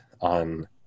on